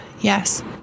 yes